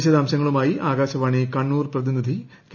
വിശദാംശങ്ങളുമായി ആകാശവാണി കണ്ണൂർ പ്രതിനിധി കെ